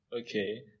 okay